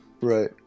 Right